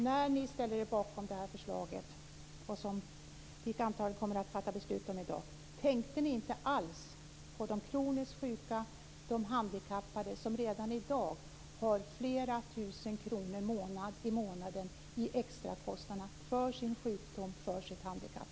När ni ställde er bakom detta förslag, som vi antagligen kommer att fatta beslut om i dag, tänkte ni då inte alls på de kroniskt sjuka och de handikappade som redan i dag har flera tusen kronor i månaden i extra kostnader för sin sjukdom och för sitt handikapp?